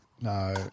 no